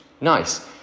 Nice